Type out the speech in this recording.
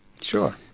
Sure